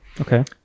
Okay